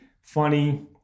funny